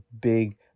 Big